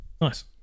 Nice